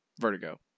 Vertigo